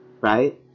right